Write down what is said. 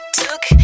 took